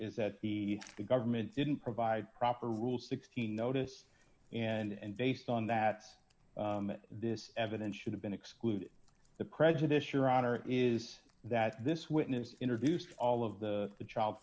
is that the government didn't provide proper rule sixteen notice and based on that this evidence should have been excluded the prejudice your honor is that this witness introduced all of the the child